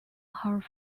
her